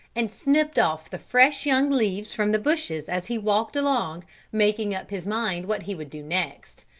and snipped off the fresh young leaves from the bushes as he walked along making up his mind what he would do next.